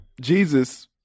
jesus